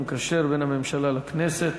המקשר בין הממשלה לכנסת.